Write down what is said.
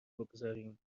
بگذاریم